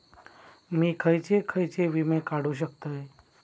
मी खयचे खयचे विमे काढू शकतय?